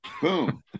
Boom